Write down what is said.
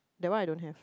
that one I don't have